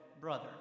brother